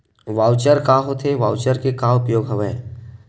Voucher का होथे voucher के का उपयोग हवय?